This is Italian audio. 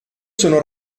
sono